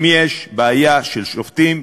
אם יש בעיה של שופטים,